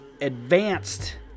advanced